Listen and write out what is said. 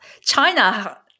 China